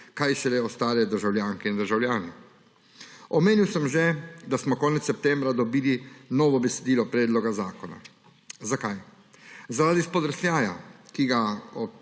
kaj šele ostale državljanke in državljani. Omenil sem že, da smo konec septembra dobili novo besedilo predloga zakona. Zakaj? Zaradi spodrsljaja, ki ga od